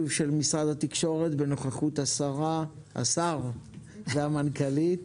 התקשורת בנוכחות השר והמנכ"לית